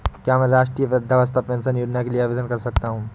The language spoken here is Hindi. क्या मैं राष्ट्रीय वृद्धावस्था पेंशन योजना के लिए आवेदन कर सकता हूँ?